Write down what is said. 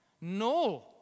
No